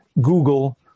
Google